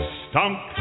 stunk